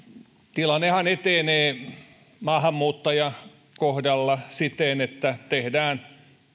tilannehan etenee maahanmuuttajan kohdalla siten että tehdään